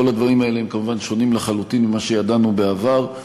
כל הדברים האלה כמובן שונים לחלוטין ממה שידענו בעבר.